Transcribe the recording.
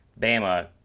Bama